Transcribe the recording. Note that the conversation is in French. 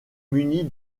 munie